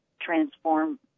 transform